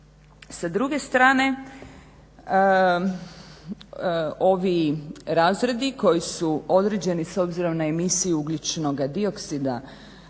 Sa druge strane, ovi razredi koji su određeni s obzirom na emisiju ugljičnog dioksida